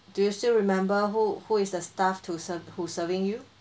do you still remember who who is the staff to serve who's serving you